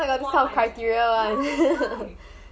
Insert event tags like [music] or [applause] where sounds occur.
what kind of criteria [laughs]